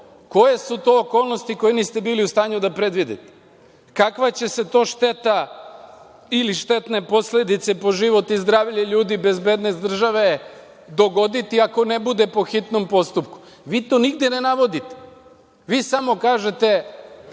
Koje su to okolnosti koje niste bili u stanju da predvidite? Kakva će se to šteta ili štetne posledice po život i zdravlje ljudi, bezbednost države dogoditi, ako ne bude po hitnom postupku? Vi to nigde ne navodite. Vi samo kažete